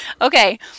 Okay